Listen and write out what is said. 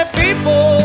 people